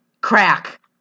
crack